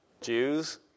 Jews